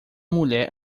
mulher